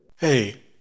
Hey